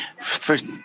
First